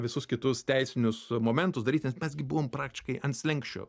visus kitus teisinius momentus daryt nes mes gi buvom praktiškai ant slenksčio